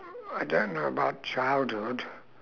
I don't know about childhood